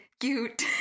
Cute